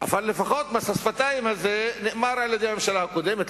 אבל לפחות מס השפתיים הזה נאמר על-ידי הממשלה הקודמת,